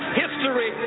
history